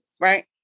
right